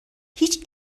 هیچ